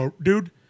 dude